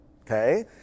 okay